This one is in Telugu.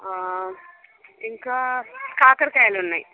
ఇంకా కాకరకాయలున్నాయి